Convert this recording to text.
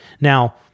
Now